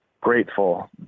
grateful